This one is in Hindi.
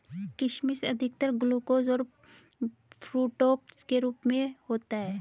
किशमिश अधिकतर ग्लूकोस और फ़्रूक्टोस के रूप में होता है